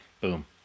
Boom